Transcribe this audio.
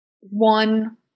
One